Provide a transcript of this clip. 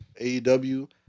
AEW